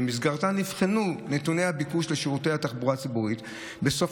ובמסגרתה נבחנו נתוני הביקוש לשירותי התחבורה הציבורית בסוף